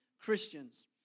Christians